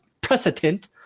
precedent